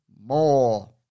more